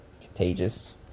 contagious